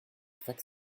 fac